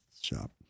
shop